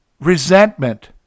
resentment